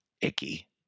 icky